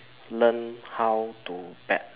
learn how to bat